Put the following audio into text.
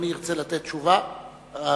שאדוני ירצה לתת תשובה עליו,